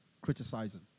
criticizing